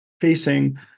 facing